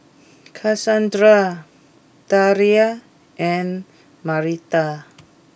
Cassondra Delia and Marita